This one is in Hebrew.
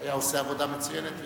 עושה עבודה מצוינת.